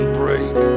break